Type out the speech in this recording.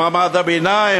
מעמד הביניים,